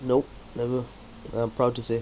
nope never and I'm proud to say